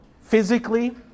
physically